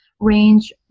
range